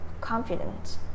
confident